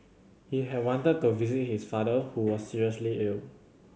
he had wanted to visit his father who was seriously ill